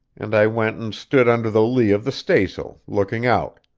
and i went and stood under the lee of the staysail, looking out.